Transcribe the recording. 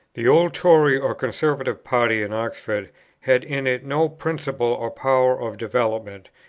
the old tory or conservative party in oxford had in it no principle or power of development,